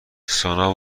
سونا